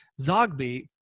Zogby